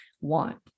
want